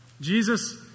Jesus